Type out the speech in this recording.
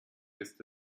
ist